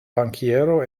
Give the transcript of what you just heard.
bankiero